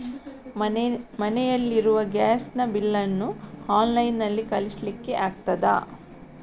ಮನೆಯಲ್ಲಿ ಇರುವ ಗ್ಯಾಸ್ ನ ಬಿಲ್ ನ್ನು ಆನ್ಲೈನ್ ನಲ್ಲಿ ಕಳಿಸ್ಲಿಕ್ಕೆ ಆಗ್ತದಾ?